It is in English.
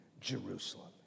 Jerusalem